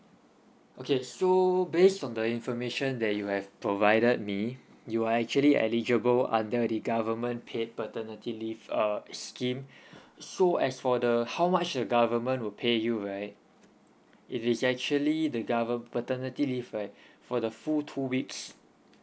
okay so based on the information that you have provided me you are actually eligible under the government paid paternity leave uh scheme so as for the how much the government will pay you right it is actually the goverm~ paternity leave right for the full two weeks